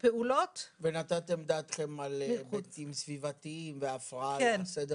ונתתם דעתכם על היבטים סביבתיים והפרעה לסדר